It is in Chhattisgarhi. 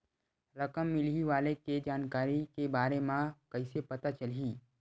रकम मिलही वाले के जानकारी के बारे मा कइसे पता चलही?